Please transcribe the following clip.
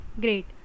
Great